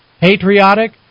Patriotic